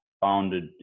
founded